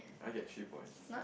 I get three points